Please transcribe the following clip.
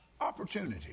opportunity